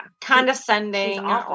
Condescending